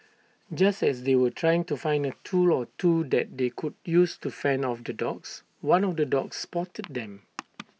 just as they were trying to find A tool or two that they could use to fend off the dogs one of the dogs spotted them